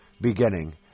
beginning